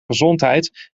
gezondheid